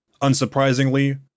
Unsurprisingly